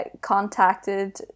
contacted